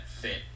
fit